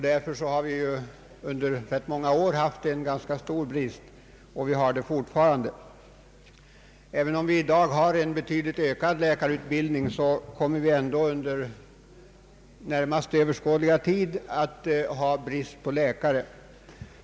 Därför har vi under rätt många år haft en ganska stor brist, och vi har det fortfarande. även om läkarutbildningen nu ökat betydligt, kommer vi ändå att under den närmast överskådliga tiden ha brist på läkare.